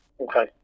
Okay